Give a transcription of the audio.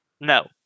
No